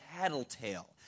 tattletale